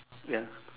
ya